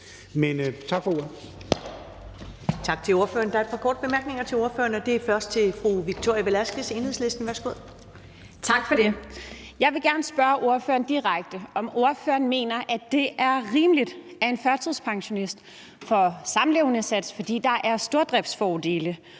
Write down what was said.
Jeg vil gerne spørge ordføreren direkte, om ordføreren mener, at det er rimeligt, at en førtidspensionist får samlevendesats, fordi der er stordriftsfordele,